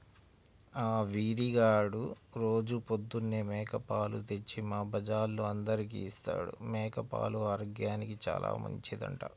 ఆ వీరిగాడు రోజూ పొద్దన్నే మేక పాలు తెచ్చి మా బజార్లో అందరికీ ఇత్తాడు, మేక పాలు ఆరోగ్యానికి చానా మంచిదంట